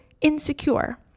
insecure